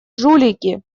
жулики